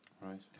Right